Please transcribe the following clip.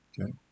Okay